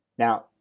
Now